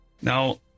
Now